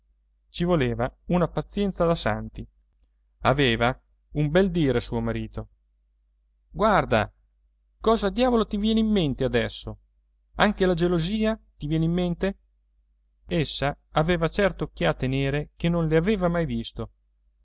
ci voleva una pazienza da santi aveva un bel dire suo marito guarda cosa diavolo ti viene in mente adesso anche la gelosia ti viene in mente essa aveva certe occhiate nere che non le aveva mai visto